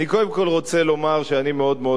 אני קודם כול רוצה לומר שאני מאוד מאוד